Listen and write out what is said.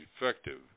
effective